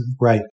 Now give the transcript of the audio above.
Right